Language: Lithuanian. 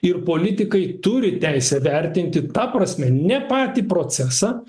ir politikai turi teisę vertinti ta prasme ne patį procesą